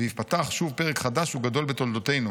וייפתח שוב פרק חדש וגדול בתולדותינו'.